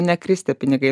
nekris tie pinigai